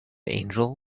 angels